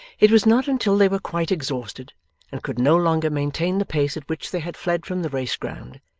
it was not until they were quite exhausted and could no longer maintain the pace at which they had fled from the race-ground,